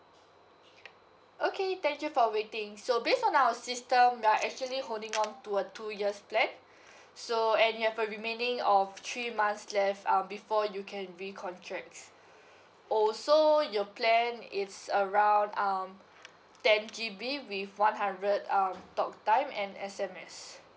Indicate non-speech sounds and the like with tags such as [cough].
okay thank you for waiting so based on our system you're actually holding on to a two years plan [breath] so and you have a remaining of three months left um before you can re contracts also your plan is around um ten G_B with one hundred um talktime and S_M_S